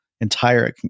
entire